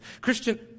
Christian